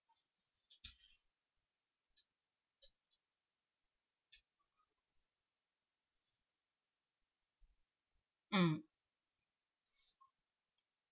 mm